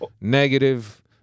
negative